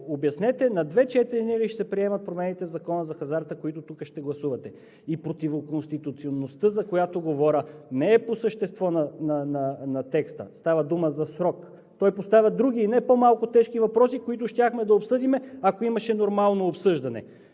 – на две четения ли ще се приемат промените в Закона за хазарта, които тук ще гласувате? И противоконституционността, за която говоря, не е по същество на текста – става дума за срок. Той поставя други, не по-малко тежки въпроси, които щяхме да обсъдим, ако имаше нормално обсъждане,